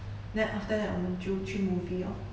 then after that 我们就去 movie 哟